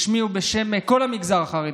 בשמי ובשם כל המגזר החרדי,